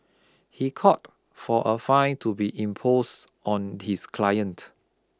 he called for a fine to be impose on his client